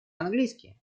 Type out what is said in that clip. английский